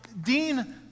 Dean